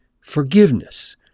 forgiveness